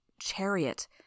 Chariot—